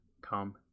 come